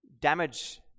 damage